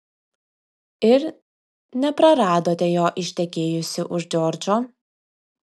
ir nepraradote jo ištekėjusi už džordžo